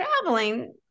traveling